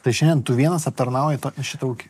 tai šiandien tu vienas aptarnauji šitą ūkį